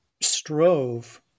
strove